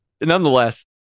nonetheless